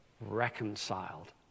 reconciled